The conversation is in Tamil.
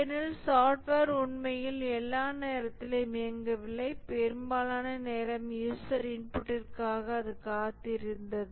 ஏனெனில் சாப்ட்வேர் உண்மையில் எல்லா நேரத்திலும் இயங்கவில்லை பெரும்பாலான நேரம் யூசர் இன்புட்ற்காக அது காத்திருந்தது